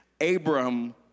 Abram